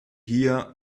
hier